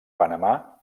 panamà